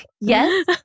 Yes